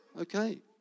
Okay